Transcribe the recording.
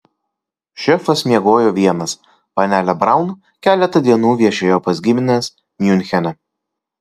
šefas miegojo vienas panelė braun keletą dienų viešėjo pas gimines miunchene